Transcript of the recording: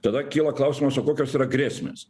tada kyla klausimas o kokios yra grėsmės